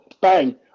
Bang